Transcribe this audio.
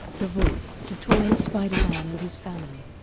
the vault, to torment spider-man and his family.